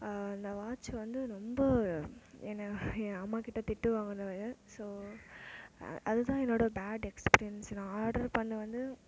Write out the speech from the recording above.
அந்த வாட்ச் வந்து ரொம்ப என்னை என் அம்மாகிட்டே திட்டு வாங்கினா ஸோ அது தான் என்னோட பேட் எக்ஸ்பீரியன்ஸ் நான் ஆட்ரு பண்ணது வந்து